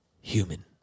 human